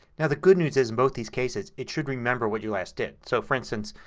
now the good news is in both these cases it should remember what you last did. so, for instance,